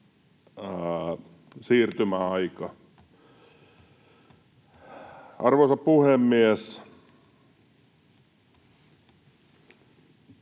siirtymäaika. Arvoisa puhemies!